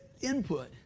input